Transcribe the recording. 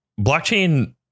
blockchain